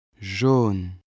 jaune